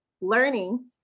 learning